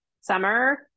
summer